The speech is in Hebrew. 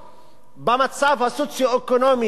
בהתאמה למצב הסוציו-אקונומי של היישוב